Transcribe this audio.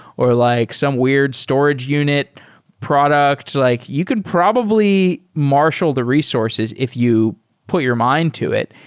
or like some weird storage unit products. like you can probably marshal the resources if you put your mind to it.